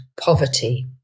poverty